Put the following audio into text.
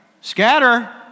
Scatter